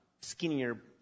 skinnier